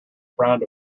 frowned